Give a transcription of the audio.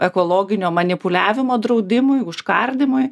ekologinio manipuliavimo draudimui užkardymui